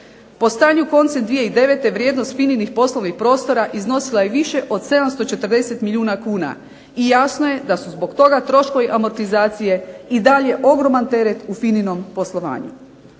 Po stanju koncem 2009. vrijednost FINA-inih poslovnih prostora iznosila je više od 740 milijuna kuna, i jasno je da su zbog toga troškovi amortizacije i dalje ogroman teret u FINA-inom poslovanju.